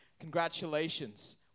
congratulations